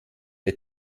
der